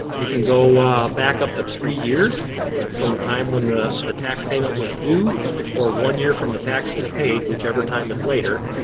you can go back up to three years from the time when the the tax payment was due or one year from the tax was paid, whichever time is later,